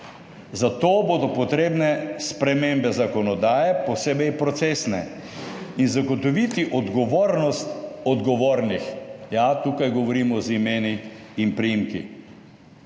Za to bodo potrebne spremembe zakonodaje, posebej procesne. In zagotoviti odgovornost odgovornih; ja, tukaj govorimo z imeni in priimki.